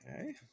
Okay